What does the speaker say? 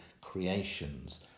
creations